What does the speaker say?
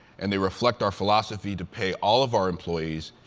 and they reflect our philosophy to pay all of our employees,